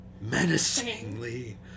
menacingly